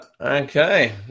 Okay